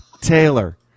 Taylor